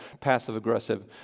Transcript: passive-aggressive